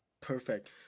Perfect